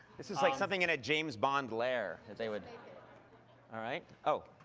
this is like something in a james bond lair. that they would all right. oh,